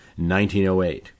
1908